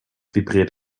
vibriert